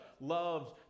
loves